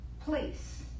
place